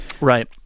right